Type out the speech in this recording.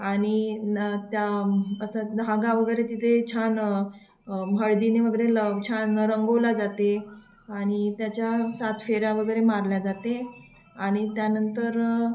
आणि न त्या असं धागा वगैरे तिथे छान हळदीने वगैरे लव छान रंगवले जाते आणि त्याच्या सात फेऱ्या वगैरे मारल्या जाते आणि त्यानंतर